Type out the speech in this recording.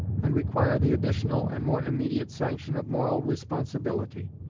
and require the additional and more immediate sanction of moral responsibility.